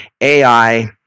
AI